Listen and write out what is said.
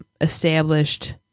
established